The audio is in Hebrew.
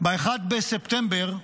1 בספטמבר 2023,